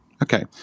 Okay